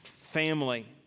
family